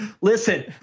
Listen